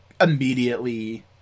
immediately